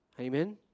Amen